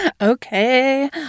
Okay